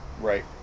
Right